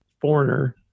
foreigner